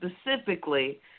specifically